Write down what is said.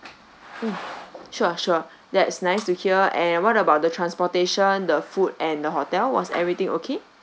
mm sure sure that's nice to hear and what about the transportation the food and the hotel was everything okay